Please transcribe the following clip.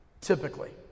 typically